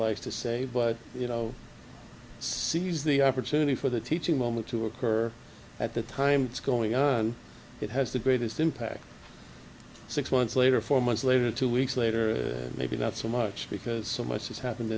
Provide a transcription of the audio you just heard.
likes to say but you know seize the opportunity for the teaching moment to occur at the time it's going on it has the greatest impact six months later four months later two weeks later maybe not so much because so much has happened